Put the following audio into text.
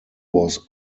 was